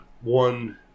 one